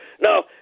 No